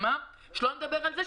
שלא נדבר על כך,